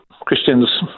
Christians